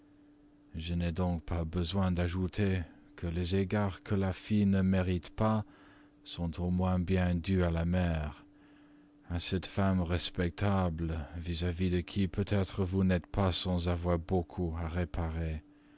je n'ai donc pas besoin d'ajouter que les égards que la fille ne mérite pas sont au moins bien dus à la mère à cette femme respectable vis-à-vis de qui peut-être vous n'êtes pas sans avoir beaucoup à réparer